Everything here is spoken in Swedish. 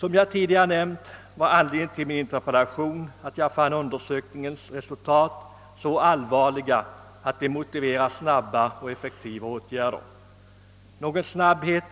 Som jag tidigare nämnt var anledningen till min interpellation att jag fann undersökningens resultat så allvarliga att de motiverade snabba och effektiva åtgärder.